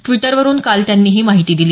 ट्विटरवरुन काल त्यांनी ही माहिती दिली